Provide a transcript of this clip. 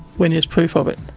when there's proof of it?